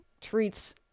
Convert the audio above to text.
treats